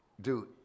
Dude